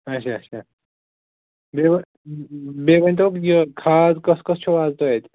اچھا اچھا بیٚیہِ حظ مےٚ ؤنۍتَو یہِ کھاد کۅس کوس چھَو از تۅہہِ اَتہِ